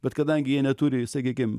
bet kadangi jie neturi sakykim